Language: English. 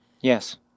Yes